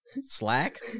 Slack